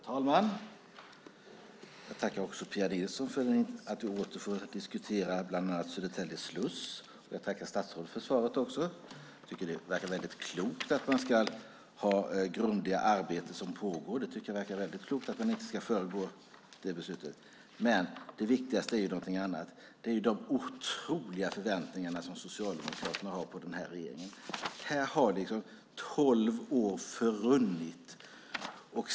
Herr talman! Jag vill tacka Pia Nilsson för att hon återkommer för att diskutera bland annat Södertälje sluss, och jag tackar statsrådet för svaret. Det verkar väldigt klokt att inte föregå det grundliga arbete som pågår. Det viktigaste är dock någonting annat - de otroliga förväntningarna som Socialdemokraterna har på regeringen. Här har tolv år förrunnit.